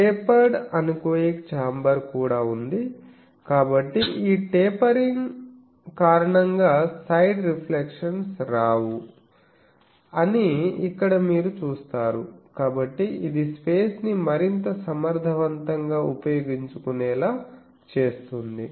tapered anechoic chamber కూడా ఉంది కాబట్టి ఈ టేపరింగ్ కారణంగా సైడ్ రిఫ్లెక్షన్స్ రావు అని ఇక్కడ మీరు చూస్తారు కాబట్టి ఇది స్పేస్ ని మరింత సమర్థవంతంగా ఉపయోగించుకునేలా చేస్తుంది